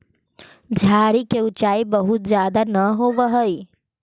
झाड़ि के ऊँचाई बहुत ज्यादा न होवऽ हई